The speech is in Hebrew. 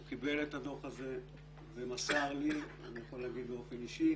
הוא קיבל את הדוח הזה ומסר לי באופן אישי